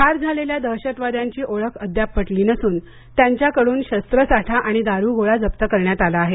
ठार झालेल्या दहशतवाद्यांची ओळख अद्याप पटली नसून त्यांच्या कडून शस्त्रसाठा आणि दारुगोळा जप्त करण्यात आला आहे